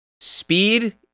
Speed